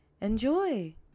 enjoy